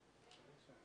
)